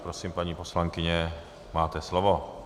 Prosím, paní poslankyně, máte slovo.